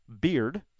beard